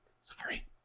Sorry